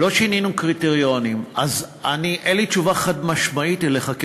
לא שינינו קריטריונים אז אין לי תשובה חד-משמעית אליך,